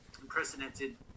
unprecedented